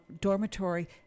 Dormitory